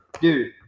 Dude